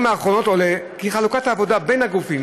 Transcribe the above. האחרונות עולה כי חלוקת העבודה בין הגופים,